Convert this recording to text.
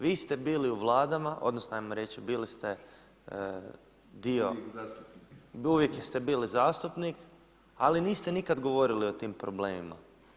Vi ste bili u vladama, odnosno hajmo reći bili ste dio, uvijek ste bili zastupnik ali niste nikad govorili o tim problemima.